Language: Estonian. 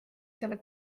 selle